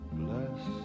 Bless